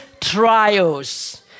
trials